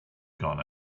gone